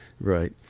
Right